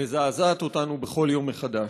מזעזעת אותנו בכל יום מחדש.